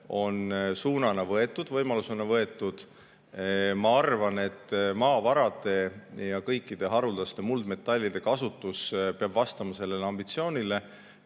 nähakse] võimalust. Ma arvan, et maavarade ja kõikide haruldaste muldmetallide kasutus peab vastama sellele ambitsioonile.